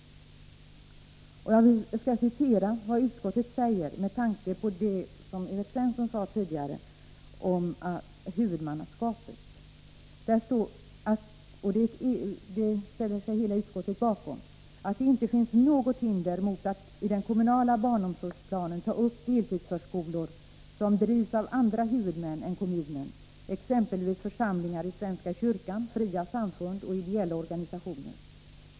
Med tanke på vad Evert Svensson tidigare sade om huvudmannaskapet skall jag citera vad utskottet enhälligt säger, nämligen ”att det inte finns något hinder mot att i den kommunala barnomsorgsplanen ta upp deltidsförskolor som drivs av andra huvudmän än kommunen, exempelvis församlingar i svenska kyrkan, fria samfund och ideella organisationer ——-.